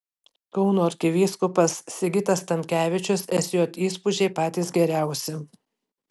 kauno arkivyskupas sigitas tamkevičius sj įspūdžiai patys geriausi